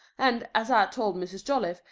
and, as i told mrs. jolliffe,